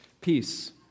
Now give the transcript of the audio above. peace